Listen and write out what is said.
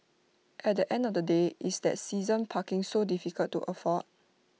at the end of the day is that season parking so difficult to afford